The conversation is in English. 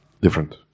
Different